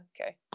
okay